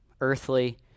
earthly